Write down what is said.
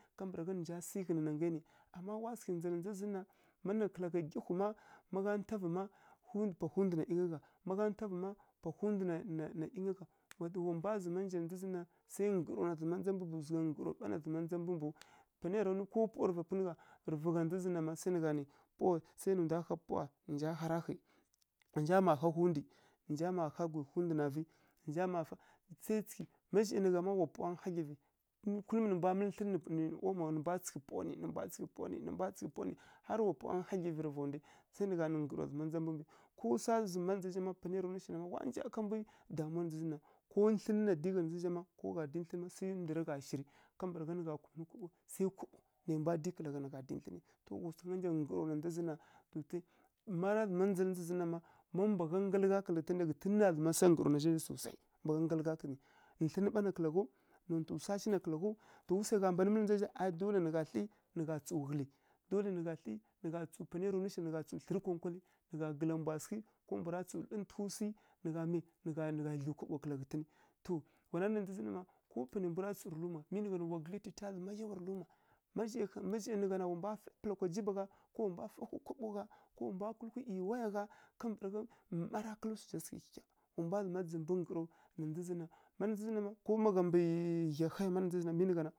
Kambǝragha nǝnja sǝ ghǝna nangai ni wa sǝ nja na dza zǝnna mana kǝla gha gyiwhu ma sai nǝgha mǝli ˈyinmgya wsa whundi magha ntavǝ ma pwa whundǝ nna ingya gha wato wa mbwa nja nina sai mbǝ ngǝrau ndza mbu mbi ta pwuwa nǝ ndwa ha ma sai nja ha rahi nja kha ɗarkhi nja ha whundi nja ma kha gwiu whunda na vi sai tsǝghi mazhai nǝgha ma wa puwan khaglivǝ kulum kulum nǝ mbwa tsǝghǝn puwa nǝ omo nai mbwa tsǝghi pwuwa nǝ har wa pwuwa nkusan khagluvi rǝ va ndwi saimnǝgha nǝ ngǝrawa zǝmqa ndza mbwu mbi ko wsa zǝm na nza zi zha ma damuwa na nza zǝ na ko tlǝn na di gha na nza zǝ zha ma sai nigha vǝlighǝni kaɓo ma zhai gha kumanǝ tli ma mbwa gha ngal gha kǝla ghǝntǝn mbwa di tlǝ na sa ngǝrau na nza zǝ nina mi tlǝn ɓa na kǝla ghau ngalǝ ɓana kǝla ghau to wu wsai gha mbani mǝl na nza zi zha dolai nǝgha tli nigha tsu ghǝli panai ya ra nwu shina dolai nǝgha tli nǝgha tsu tsu tlǝri kwa nkwali nǝgha gǝla mbwa sǝghi ko mbwara tsu lǝntǝgjhi wsi nǝgha dlu ghǝzǝ nina wa gǝglatita yawa mazhai mwvu gha na wa mbwa fai pǝla kwa jibagha wa mbwa fǝwhi kaɓogha ko waya gha ˈma ra kǝlǝ wsuzha sǝghi kyikya ko malagha mbi gya haya na nza zǝ nna na mi ni gha na.